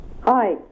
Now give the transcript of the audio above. Hi